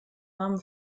rahmen